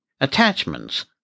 Attachments